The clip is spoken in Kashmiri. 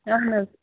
اَہن حظ